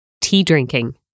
tea-drinking